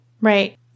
Right